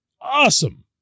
Awesome